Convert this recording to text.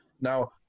Now